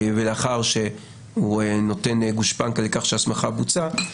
ולאחר שהוא נותן גושפנקה לכך שהסמכה בוצעה,